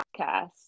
podcast